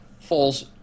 falls